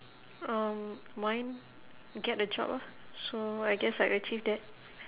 um mine get a job ah so I guess I achieve that